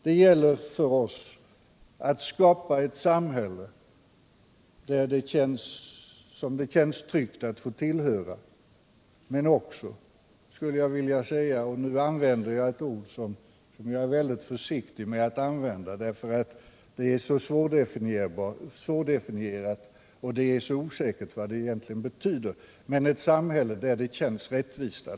Det gäller för oss att skapa ett samhälle som det känns tryggt att tillhöra men också, skulle jag vilja säga — och nu använder jag ett ord som jag är mycket försiktig med att använda, eftersom det är så svårdefinierat —-ett samhälle som är rättvist.